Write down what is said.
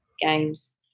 Games